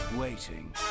waiting